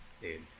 Dude